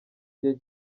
gihe